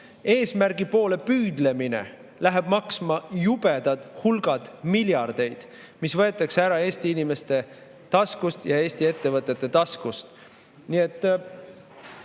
eesmärgi poole püüdlemine läheb maksma jubedad hulgad miljardeid, mis võetakse ära Eesti inimeste ja Eesti ettevõtete taskust.